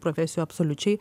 profesijų absoliučiai